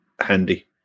handy